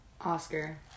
Oscar